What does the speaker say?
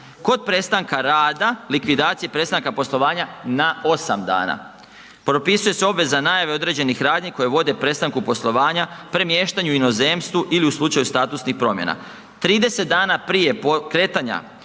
kod prestanka rada, likvidacije, prestanka poslovanja na 8 dana, propisuje se obveza najave određenih radnji koje vode prestanku poslovanja, premještanju u inozemstvu ili u slučaju statusnih promjena 30 dana prije kretanja